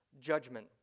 judgment